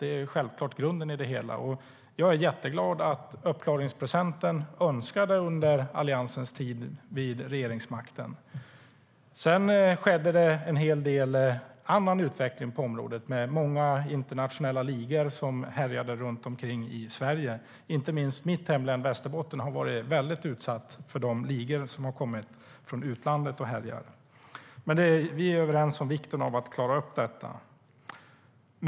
Det är självklart grunden i det hela. Jag är jätteglad att uppklaringsprocenten ökade under Alliansen tid vid regeringsmakten. Sedan skedde en hel del annan utveckling på området med många internationella ligor som härjade runt omkring i Sverige. Inte minst mitt hemlän Västerbotten har varit väldigt utsatt för de ligor som kommit från utlandet och härjar. Vi är överens om vikten av att klara upp detta.